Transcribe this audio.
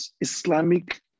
Islamic